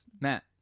Matt